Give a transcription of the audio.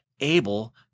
able